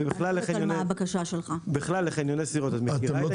לחניוני סירות בכלל, את מכירה את ההתנגדות?